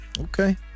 Okay